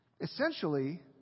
Essentially